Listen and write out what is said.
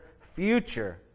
future